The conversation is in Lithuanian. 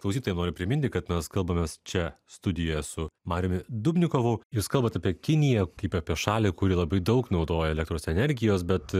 klausytojam nori priminti kad mes kalbamės čia studijoje su mariumi dubnikovu jūs kalbat apie kiniją kaip apie šalį kuri labai daug naudoja elektros energijos bet